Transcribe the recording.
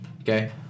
Okay